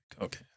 okay